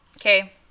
Okay